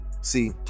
see